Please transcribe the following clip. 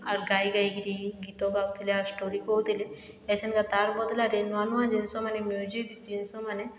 ଆର୍ ଗାଇ ଗାଇକିରି ଗୀତ ଗାଉଥିଲେ ଆର୍ ଷ୍ଟୋରି କହୁଥିଲେ ଏସନ୍ କା ତାର ବଦଲାରେ ନୂଆ ନୂଆ ଜିନିଷ୍ ମାନେ ମ୍ୟୁଜିକ୍ ଜିନିଷ୍ ମାନେ